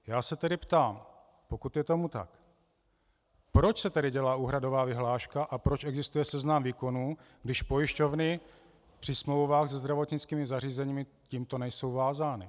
Já se tedy ptám, pokud je tomu tak, proč se tedy dělá úhradová vyhláška a proč existuje seznam výkonů, když pojišťovny při smlouvách se zdravotnickými zařízeními tímto nejsou vázány.